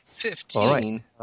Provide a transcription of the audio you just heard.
Fifteen